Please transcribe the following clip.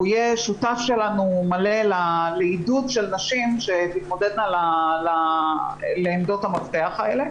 הוא יהיה שותף מלא שלנו לעידוד של נשים שתתמודדנה על עמדות המפתח האלה.